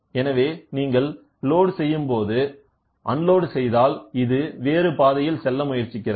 எனவே நீங்கள் லோடு செய்யும்போது அன்லோடு செய்தால் இது வேறு பாதையில் செல்ல முயற்சிக்கிறது